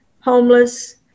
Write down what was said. homeless